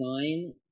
design